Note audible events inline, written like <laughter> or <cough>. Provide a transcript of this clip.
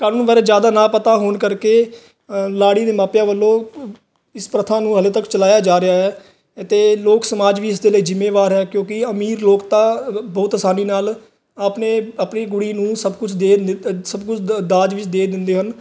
ਕਾਨੂੰਨ ਬਾਰੇ ਜ਼ਿਆਦਾ ਨਾ ਪਤਾ ਹੋਣ ਕਰਕੇ ਲਾੜੀ ਦੇ ਮਾਪਿਆਂ ਵੱਲੋਂ <unintelligible> ਇਸ ਪ੍ਰਥਾ ਨੂੰ ਹਜੇ ਤੱਕ ਚਲਾਇਆ ਜਾ ਰਿਹਾ ਹੈ ਅਤੇ ਲੋਕ ਸਮਾਜ ਵੀ ਇਸ ਦੇ ਲਈ ਜ਼ਿੰਮੇਵਾਰ ਹੈ ਕਿਉਂਕਿ ਅਮੀਰ ਲੋਕ ਤਾਂ <unintelligible> ਬਹੁਤ ਆਸਾਨੀ ਨਾਲ ਆਪਣੇ ਆਪਣੀ ਕੁੜੀ ਨੂੰ ਸਭ ਕੁਝ ਦੇ <unintelligible> ਸਭ ਕੁਝ ਦ ਦਾਜ ਵਿੱਚ ਦੇ ਦਿੰਦੇ ਹਨ